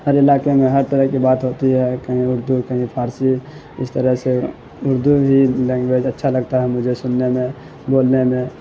ہر علاقے میں ہر طرح کی بات ہوتی ہے کہیں اردو کہیں فارسی اس طرح سے اردو بھی لینگویج اچھا لگتا ہے مجھے سننے میں بولنے میں